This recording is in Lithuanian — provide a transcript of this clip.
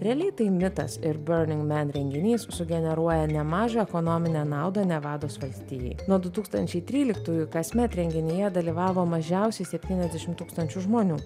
realiai tai mitas ir burning man renginys sugeneruoja nemažą ekonominę naudą nevados valstijai nuo du tūkstančia tryliktųjų kasmet renginyje dalyvavo mažiausiai septyniasdešimt tūkstančių žmonių